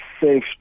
safe